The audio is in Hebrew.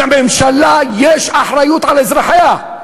לממשלה יש אחריות על אזרחיה.